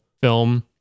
film